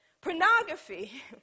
Pornography